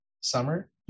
summer